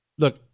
Look